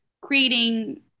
creating